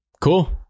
Cool